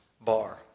bar